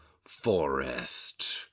Forest